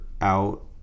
out